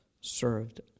served